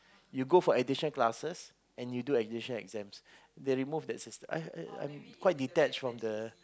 you go for additional classes and you do additional exams they remove the system I I I quite detached from the